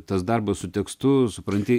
tas darbas su tekstu supranti